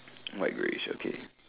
white greyish okay